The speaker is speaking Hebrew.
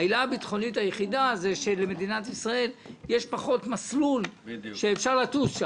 העילה הביטחונית היחידה היא שלמדינת ישראל יש פחות מסלול שאפשר לטוס בו.